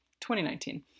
2019